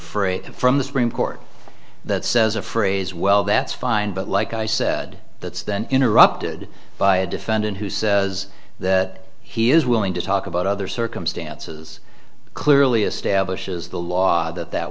free from the supreme court that says a phrase well that's fine but like i said that's then interrupted by a defendant who says that he is willing to talk about other circumstances clearly establishes the law that that